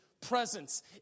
presence